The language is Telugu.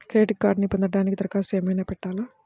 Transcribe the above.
క్రెడిట్ కార్డ్ను పొందటానికి దరఖాస్తు ఏమయినా పెట్టాలా?